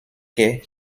quai